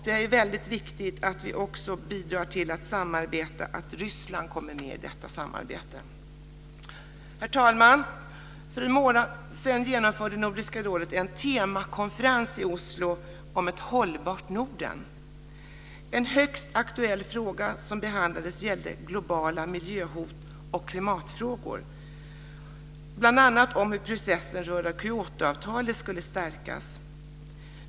Det är väldigt viktigt att vi också bidrar till att Ryssland kommer med i detta samarbete. Herr talman! För en månad sedan genomförde Nordiska rådet en temakonferens i Oslo om ett hållbart Norden. En högst aktuell fråga som behandlades gällde globala miljöhot och klimatfrågor. Det gällde bl.a. hur processen kring Kyotoavtalet skulle stärkas.